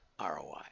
ROI